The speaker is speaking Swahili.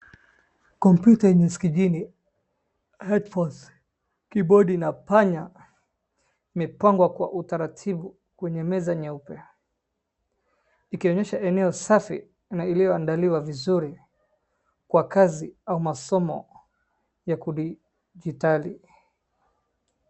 Kompyuta imesikijini, Headphones , Kibodi na panya imepangwa kwa utaratibu kwenye meza nyeupe. Ikionyesha eneo safi na iliyo andaliwa vizuri kwa kazi au masomo ya kidijitali.